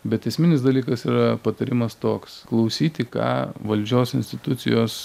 bet esminis dalykas yra patarimas toks klausyti ką valdžios institucijos